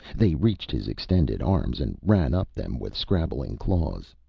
they reached his extended arms and ran up them with scrabbling claws.